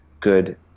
good